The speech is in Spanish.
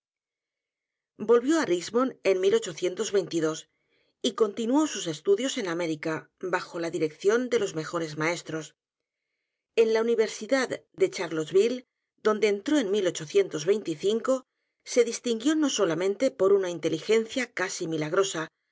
volvió á richmond en y continuó sus estudios en américa bajo la dirección délos mejores maestros en la universidad de charlottesville donde entró en se distinguió no solamente por una inteligencia casi milagrosa